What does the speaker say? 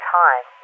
time